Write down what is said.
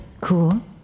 Cool